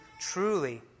truly